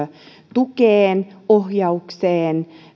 tukeen ohjaukseen